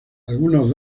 algunos